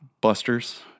Busters